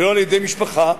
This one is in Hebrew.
ולא על-ידי משפחה,